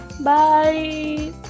Bye